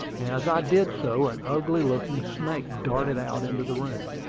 as i did so, an ugly-looking snake darted out into the room.